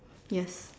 yes